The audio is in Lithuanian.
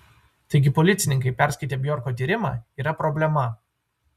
taigi policininkai perskaitę bjorko tyrimą yra problema